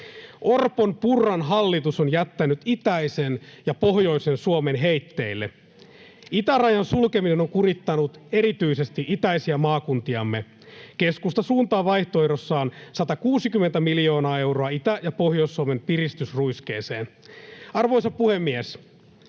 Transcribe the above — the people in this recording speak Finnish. Orpon—Purran hallitus on jättänyt itäisen ja pohjoisen Suomen heitteille. Itärajan sulkeminen on kurittanut erityisesti itäisiä maakuntiamme. Keskusta suuntaa vaihtoehdossaan 160 miljoonaa euroa Itä- ja Pohjois-Suomen piristysruiskeeseen. Arvoisa puhemies!